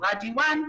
חברת G1,